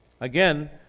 Again